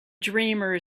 dreamer